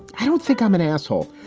i don't think i'm an asshole,